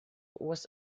was